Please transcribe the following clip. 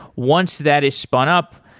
once that is spun up,